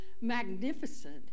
magnificent